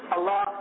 Allah